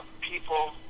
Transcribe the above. people